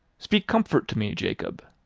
speak comfort to me, jacob!